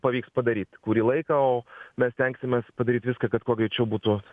pavyks padaryt kurį laiką o mes stengsimės padaryt viską kad kuo greičiau būtų